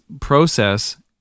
process